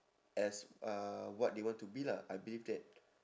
as uh what they want to be lah I believe that